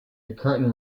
curtain